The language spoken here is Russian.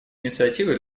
инициативы